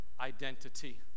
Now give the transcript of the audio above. identity